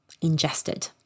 ingested